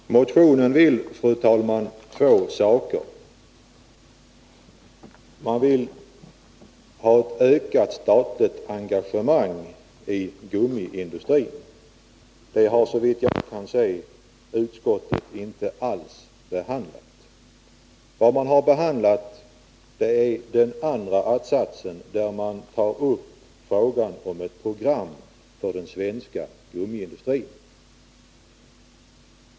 Fru talman! Vi motionärer vill två saker. I den första att-satsen begär vi ett ökat statligt engagemang i gummiindustrin. Det har, såvitt jag kan se, utskottet inte alls behandlat. Vad man har behandlat är den andra att-satsen, där vi tar upp frågan om ett program för den svenska gummiindustrin.